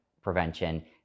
prevention